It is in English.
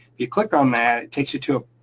you click on that, it takes you to a.